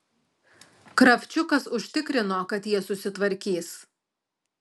kravčiukas užtikrino kad jie susitvarkys